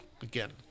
again